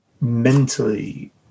mentally